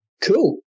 Cool